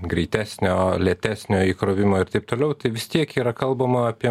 greitesnio lėtesnio įkrovimo ir taip toliau tai vis tiek yra kalbama apie